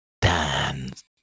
dance